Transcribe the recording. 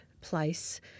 place